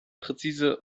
präzise